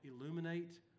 illuminate